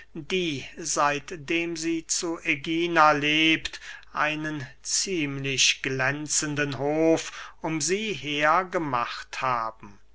die seitdem sie zu ägina lebt einen ziemlich glänzenden hof um sie her gemacht haben